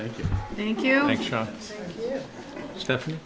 thank you thank you stephanie